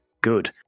good